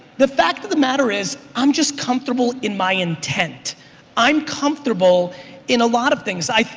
the fact of the matter is i'm just comfortable in my intent i'm comfortable in a lot of things. i,